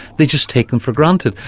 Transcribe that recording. they just take them for granted.